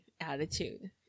attitude